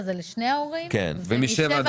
ויש לו